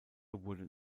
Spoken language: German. wurde